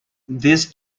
this